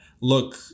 look